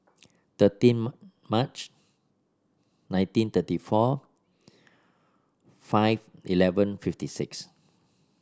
thirteen March nineteen thirty four five eleven fifty six